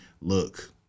Look